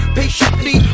patiently